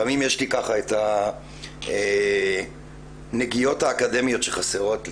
לפעמים יש לי את הנגיעות האקדמיות שחסרות לי,